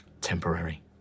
Temporary